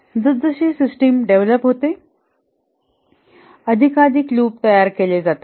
जसजशी system develop होते अधिकाधिक लूप तयार केली जातात